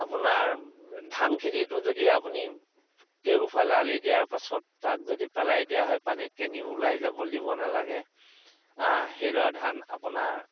আপোনাৰ ধান খেতিতো যদি আপুনি কেওফালে আলি দিয়াৰ পাছত তাক যদি পেলাই দিয়া হয় পানী কেনিও ওলাই যাব দিব নালাগে সেইডৰা ধান আপোনাৰ